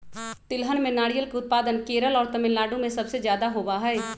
तिलहन में नारियल के उत्पादन केरल और तमिलनाडु में सबसे ज्यादा होबा हई